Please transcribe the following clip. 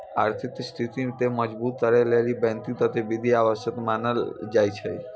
आर्थिक स्थिति के मजबुत करै लेली बैंकिंग गतिविधि आवश्यक मानलो जाय छै